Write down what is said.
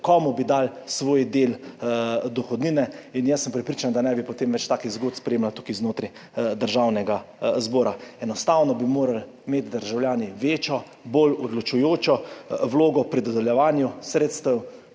komu bi dali svoj del dohodnine. In jaz sem prepričan, da ne bi potem več takih zgodb spremljali tukaj znotraj državnega zbora. Enostavno bi morali imeti državljani večjo, bolj odločujočo vlogo pri dodeljevanju sredstev